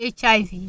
HIV